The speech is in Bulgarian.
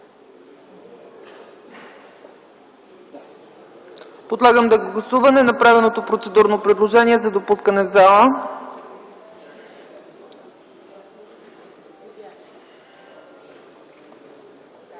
Подлагам на гласуване направеното процедурно предложение за допускане в залата.